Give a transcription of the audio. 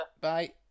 Bye